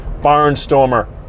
Barnstormer